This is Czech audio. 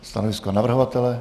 Stanovisko navrhovatele?